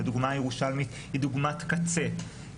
הדוגמה הירושלמית היא דוגמת קצה.